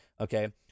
Okay